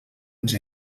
ens